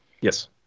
Yes